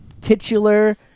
titular